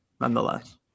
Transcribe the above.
nonetheless